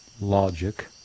logic